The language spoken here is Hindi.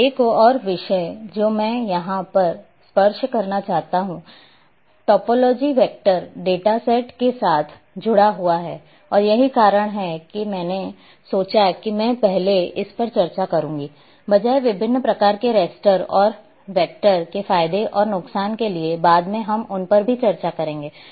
अब एक और विषय जो मैं यहाँ पर स्पर्श करना चाहता हूँ टोपोलॉजी वेक्टर डेटा सेट के साथ जुड़ा हुआ है और यही कारण है कि मैंने सोचा कि मैं पहले इस पर चर्चा करूँगा बजाय विभिन्न प्रकार के रैस्टर और वेक्टर के फायदे और नुकसान के लिए बाद में हम उन पर भी चर्चा करेंगे